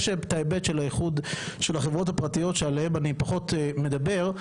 יש את ההיבט של האיחוד של החברות הפרטיות שעליהן אני פחות מדבר,